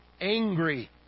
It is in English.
angry